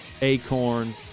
Acorn